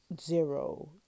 Zero